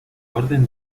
orden